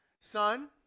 son